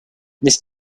this